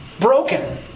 Broken